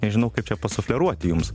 nežinau kaip čia pasufleruoti jums